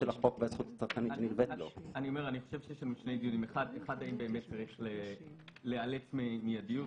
אף אחד לא מתווכח עם זה.